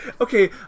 Okay